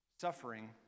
Suffering